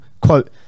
Quote